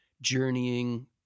journeying